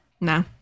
no